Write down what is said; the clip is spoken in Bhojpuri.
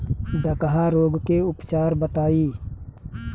डकहा रोग के उपचार बताई?